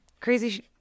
crazy